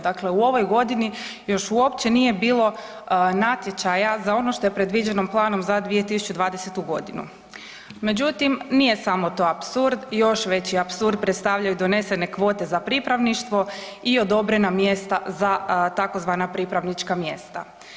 Dakle, u ovoj godini još uopće nije bilo natječaja za ono što je predviđeno planom za 2020.g. Međutim, nije samo to apsurd, još veći apsurd predstavljaju donesene kvote za pripravništvo i odobrena mjesta za tzv. pripravnička mjesta.